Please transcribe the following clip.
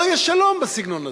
לא יהיה שלום בסגנון הזה.